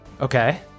Okay